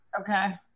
Okay